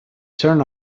turned